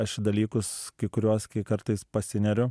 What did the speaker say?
aš į dalykus kai kuriuos kai kartais pasineriu